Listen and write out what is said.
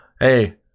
Hey